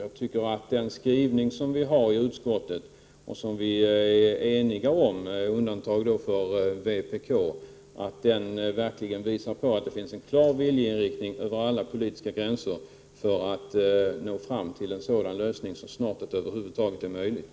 Jag tycker att den skrivning som utskottet har gjort och som vi är eniga om, med undantag för vpk, verkligen visar att det finns en klar viljeinriktning över alla politiska gränser för att nå fram till en sådan lösning så snart det över huvud taget är möjligt.